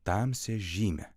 tamsią žymę